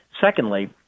Secondly